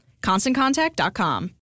ConstantContact.com